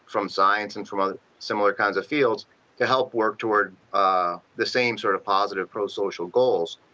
from science and from ah similar kinds of fields to help work toward ah the same sort of positive pro-social goals